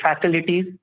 facilities